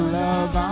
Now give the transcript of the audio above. love